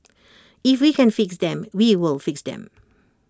if we can fix them we will fix them